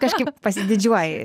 kažkaip pasididžiuoji